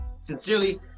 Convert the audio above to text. Sincerely